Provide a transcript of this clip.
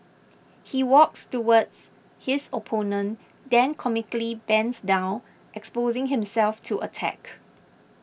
he walks towards his opponent then comically bends down exposing himself to attack